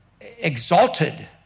exalted